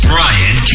Brian